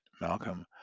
Malcolm